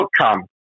outcome